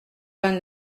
vingt